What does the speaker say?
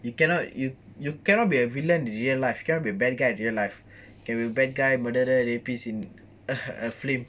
you cannot you cannot be a villain in real life cannot be a bad guy in real life can be bad guy murderer rapist in a film